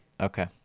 Okay